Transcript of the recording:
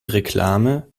reklame